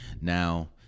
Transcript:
Now